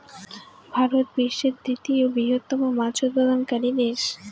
ভারত বিশ্বের তৃতীয় বৃহত্তম মাছ উৎপাদনকারী দেশ